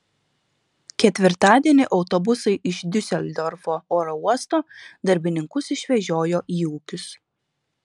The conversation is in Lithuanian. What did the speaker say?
ketvirtadienį autobusai iš diuseldorfo oro uosto darbininkus išvežiojo į ūkius